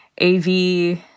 AV